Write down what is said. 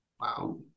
Wow